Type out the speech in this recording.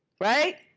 right?